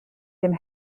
dem